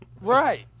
right